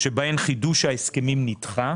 שבהן חידוש ההסכמים נדחה,